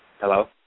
Hello